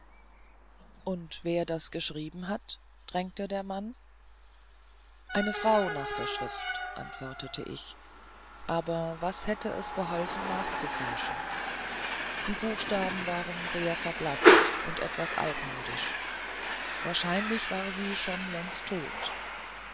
und wer das geschrieben hat drängte der mann eine frau nach der schrift antwortete ich aber was hätte es geholfen nachzuforschen die buchstaben waren sehr verblaßt und etwas altmodisch wahrscheinlich war sie schon längst tot